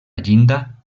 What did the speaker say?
llinda